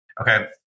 Okay